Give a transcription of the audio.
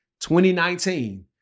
2019